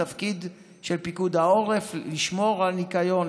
התפקיד של פיקוד העורף הוא לשמור על הניקיון,